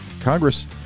Congress